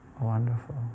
wonderful